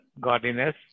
godliness